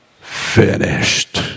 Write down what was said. finished